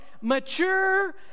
mature